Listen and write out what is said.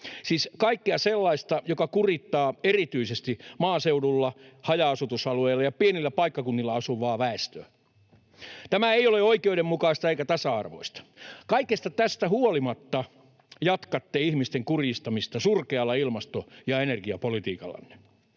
kaikkea sellaista, joka kurittaa erityisesti maaseudulla, haja-asutusalueilla ja pienillä paikkakunnilla asuvaa väestöä. Tämä ei ole oikeudenmukaista eikä tasa-arvoista. Kaikesta tästä huolimatta jatkatte ihmisten kurjistamista surkealla ilmasto- ja energiapolitiikallanne.